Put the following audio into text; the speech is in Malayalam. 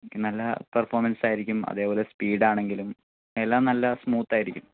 ഓക്കെ നല്ല പെർഫോമൻസായിരിക്കും അതേപോലെ സ്പീഡാണെങ്കിലും എല്ലാം നല്ല സ്മൂത്തായിരിക്കും